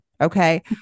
okay